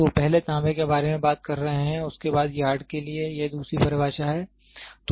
तो पहले तांबे के बारे में बात कर रहे हैं और उसके बाद यार्ड के लिए यह दूसरी परिभाषा है